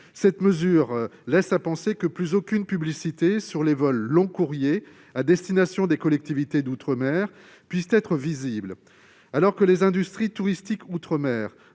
Cette mesure laisse à penser que plus aucune publicité pour les vols long-courriers à destination des collectivités d'outre-mer ne pourra être visible. Alors que les industries touristiques outre-mer,